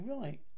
right